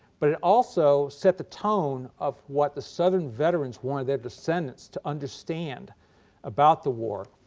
but it also set the tone of what the southern veterans wanted their descendants to understand about the war.